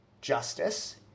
justice